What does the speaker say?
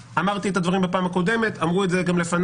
אמרתי את זה גם בפעם הקודמת ואמרו את זה לפני